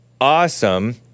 awesome